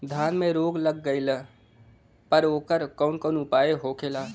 धान में रोग लग गईला पर उकर कवन कवन उपाय होखेला?